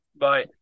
bye